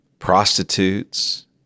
Prostitutes